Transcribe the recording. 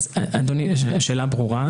השאלה ברורה.